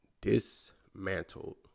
dismantled